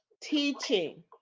teaching